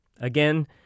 Again